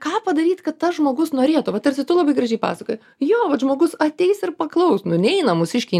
ką padaryt kad tas žmogus norėtų va tarsi tu labai gražiai pasakoji jo vat žmogus ateis ir paklaus nu neina mūsiškiai